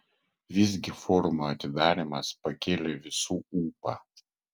visgi forumo atidarymas pakėlė visų ūpą